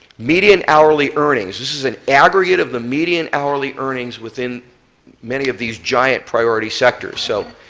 median hourly earnings, this is an aggregate of the median hourly earnings within many of these giant priority sectors. so